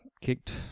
kicked